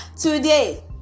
Today